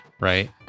right